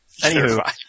Anywho